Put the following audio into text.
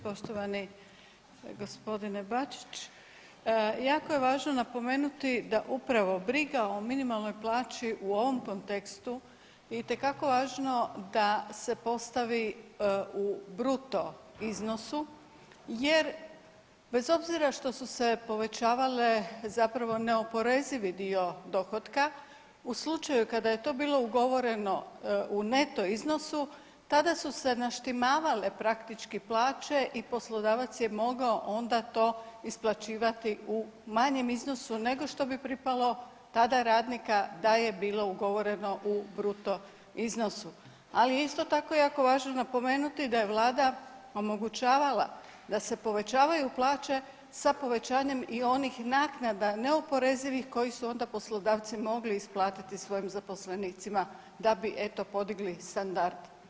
Poštovani gospodine Bačić, jako je važno napomenuti da upravo briga o minimalnoj plaći u ovom kontekstu itekako je važno da se postavi u bruto iznosu jer bez obzira što su se povećavale zapravo neoporezivi dio dohotka, u slučaju kada je to bilo ugovoreno u neto iznosu, tada su se naštimavale praktički plaće i poslodavac je mogao onda to isplaćivati u manjem iznosu nego što pripalo, tada je radnika da je bilo ugovoreno u bruto iznosu, ali je isto tako jako važno napomenuti da je Vlada omogućavala da se povećavaju plaće sa povećanjem i onih naknada neoporezivih koji su onda poslodavci mogli isplatiti svojim zaposlenicima, da bi eto, podigli standard radnika.